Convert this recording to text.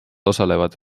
osalevad